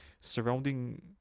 surrounding